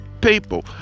people